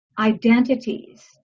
identities